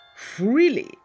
Freely